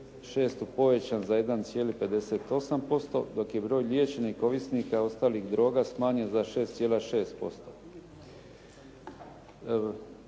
2006. povećan za 1,58% dok je broj liječenih ovisnika ostalih droga smanjen za 6,6%